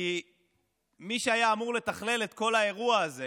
כי מי שהייתה אמורה לתכלל את כל האירוע הזה